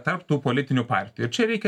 tarp tų politinių partijų ir čia reikia